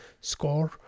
score